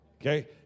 Okay